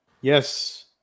Yes